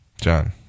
John